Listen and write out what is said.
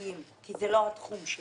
כי זה לא התחום שלי.